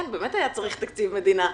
כן, באמת היה צריך תקציב מדינה.